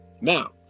now